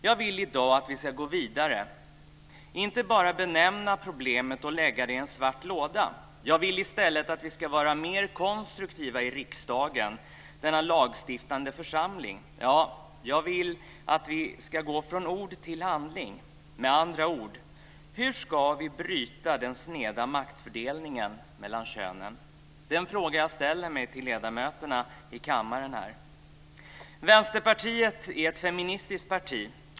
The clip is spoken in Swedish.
Jag vill i dag att vi ska gå vidare, inte bara benämna problemet och lägga det i en svart låda. Jag vill i stället att vi ska vara mer konstruktiva i riksdagen, denna lagstiftande församling. Ja, jag vill att vi ska gå från ord till handling. Med andra ord: Hur ska vi bryta den sneda maktfördelningen mellan könen? Det är den fråga jag ställer till ledamöterna i kammaren. Vänsterpartiet är ett feministiskt parti.